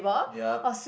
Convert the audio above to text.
yup